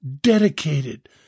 dedicated